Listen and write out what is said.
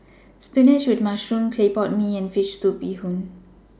Spinach with Mushroom Clay Pot Mee and Fish Soup Bee Hoon